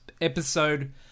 episode